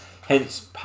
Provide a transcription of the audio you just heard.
hence